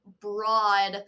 broad